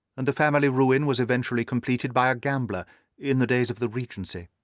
and the family ruin was eventually completed by a gambler in the days of the regency.